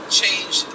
change